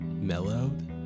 mellowed